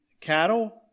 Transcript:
Cattle